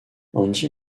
andy